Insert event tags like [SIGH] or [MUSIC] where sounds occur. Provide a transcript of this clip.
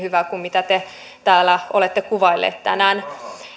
[UNINTELLIGIBLE] hyvä kuin mitä te täällä olette kuvailleet tänään